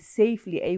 safely